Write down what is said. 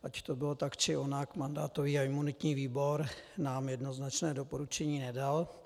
Ať to bylo tak, či onak, mandátový a imunitní výbor nám jednoznačné doporučení nedal.